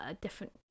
different